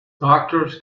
doctors